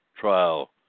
trial